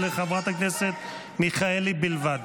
ולחברת הכנסת מיכאלי בלבד.